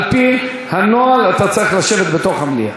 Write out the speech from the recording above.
על-פי הנוהל, אתה צריך לשבת בתוך המליאה.